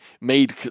made